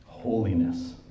Holiness